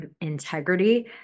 integrity